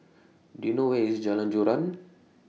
Do YOU know Where IS Jalan Joran